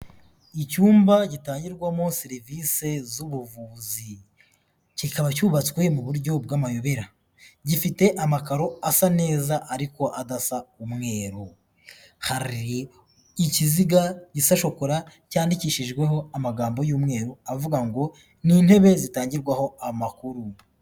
Icyumba gitangirwamo serivisi z'ubuvuzi, kikaba cyubatswe mu buryo bw'amayobera, gifite amakaro asa neza ariko adasa umweru, hari ikiziga gisa shokora cyandikishijweho amagambo y'umweru avuga ngo: Ni intebe zitangirwaho amakuru.